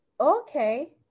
Okay